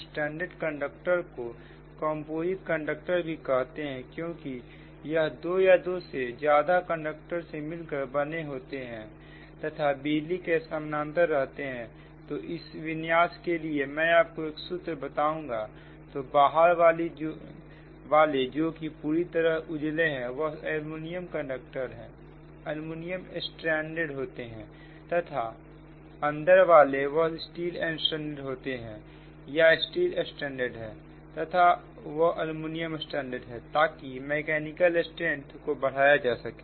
stranded conductor को composite conductor भी कहते हैं क्योंकि यह दो या दो से ज्यादा कंडक्टर से मिलकर बने होते हैं तथा बिजली को समानांतर रखते हैं तो इस विन्यास के लिए मैं आपको एक सूत्र बताऊंगा तो बाहर वाले जो की पूरी तरह उजले हैं वह अल्युमिनियम स्ट्रैंड होते हैं तथा अंदर वाले वह स्टील स्ट्रैंड होते हैं या स्टील स्ट्रैंड है तथा वह अल्युमिनियम स्टैंड है ताकि मैकेनिकल स्ट्रैंथ को बढ़ाया जा सके